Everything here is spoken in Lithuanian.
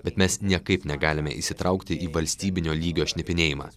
bet mes niekaip negalime įsitraukti į valstybinio lygio šnipinėjimą